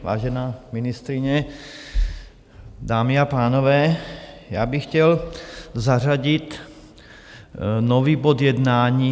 Vážená ministryně, dámy a pánové, já bych chtěl zařadit nový bod jednání.